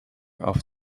auf